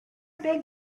big